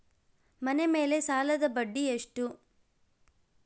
ಮನೆ ಮೇಲೆ ಸಾಲದ ಬಡ್ಡಿ ಎಷ್ಟು?